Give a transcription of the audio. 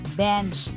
bench